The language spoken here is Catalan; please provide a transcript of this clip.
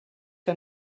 que